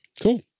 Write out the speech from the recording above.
cool